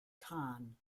tarn